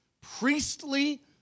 priestly